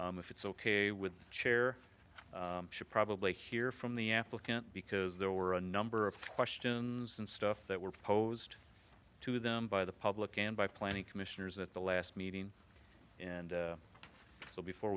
probably it's ok with the chair should probably hear from the applicant because there were a number of questions and stuff that were posed to them by the public and by planning commissioners at the last meeting and so before